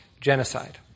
genocide